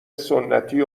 سنتی